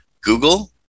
Google